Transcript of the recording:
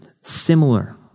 similar